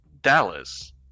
dallas